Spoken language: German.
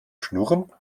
schnurren